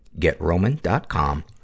GetRoman.com